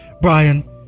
Brian